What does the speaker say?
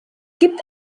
gibt